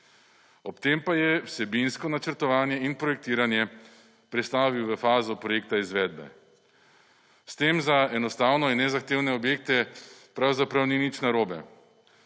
Ob tem pa je vsebinsko načrtovanje in projektiranje prestavil v fazo projekta izvedbe. S tem enostavno in nezahtevne objekte pravzaprav ni nič narobe.